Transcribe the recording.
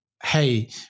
Hey